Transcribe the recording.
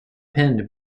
penned